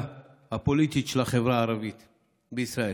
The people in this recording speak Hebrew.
הפוליטית של החברה הערבית בישראל.